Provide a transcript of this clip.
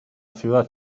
ciudad